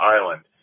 Island